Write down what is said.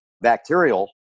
bacterial